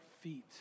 feet